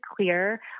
clear